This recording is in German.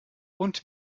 und